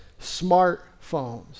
smartphones